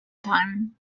time